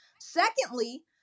Secondly